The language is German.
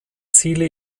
ziele